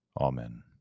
Amen